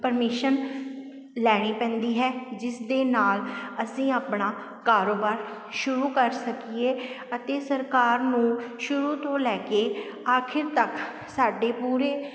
permission ਲੈਣੀ ਪੈਂਦੀ ਹੈ ਜਿਸ ਦੇ ਨਾਲ ਅਸੀਂ ਆਪਣਾ ਕਾਰੋਬਾਰ ਸ਼ੁਰੂ ਕਰ ਸਕੀਏ ਅਤੇ ਸਰਕਾਰ ਨੂੰ ਸ਼ੁਰੂ ਤੋਂ ਲੈ ਕੇ ਆਖਿਰ ਤੱਕ ਸਾਡੇ ਪੂਰੇ